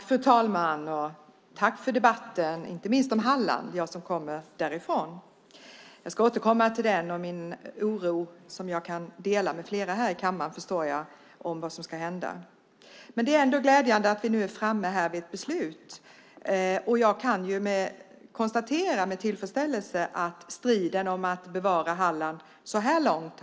Fru talman! Tack för debatten, inte minst om Halland. Jag kommer därifrån. Jag ska återkomma till detta och min oro, som jag förstår att jag delar med flera här i kammaren, om vad som ska hända. Det är ändå glädjande att vi är framme vid ett beslut, och jag kan med tillfredsställelse konstatera att vi så här långt har vunnit striden om att bevara Halland.